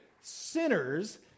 sinners